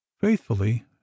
faithfully